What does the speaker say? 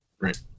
Right